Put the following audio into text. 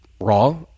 Raw